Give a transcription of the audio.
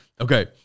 Okay